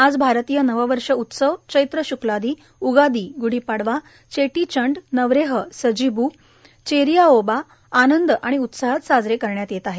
आज भारतीय नववर्ष उत्सव चैत्र श्क्लादी उगादी गूढीपाडवा चेटीचंड नवरेह सजीबू चेरिआओबा आनंद आणि उत्साहात साजरा करण्यात येत आहे